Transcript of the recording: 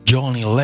Johnny